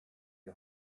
die